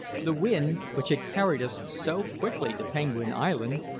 the wind, which had carried us so quickly to penguin island,